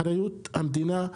זו אחריות המדינה.